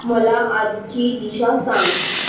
मला आजची दिशा सांग